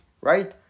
right